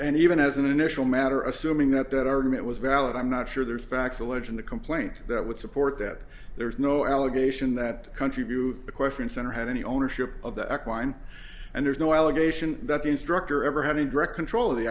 and even as an initial matter assuming that that argument was valid i'm not sure there's facts alleged in the complaint that would support that there's no allegation that country view question center had any ownership of the eck wine and there's no allegation that the instructor ever had any direct control